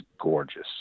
gorgeous